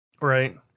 Right